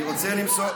היה פיגוע.